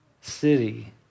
city